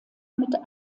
mit